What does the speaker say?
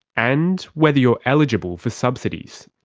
and whether you're eligible for subsidies,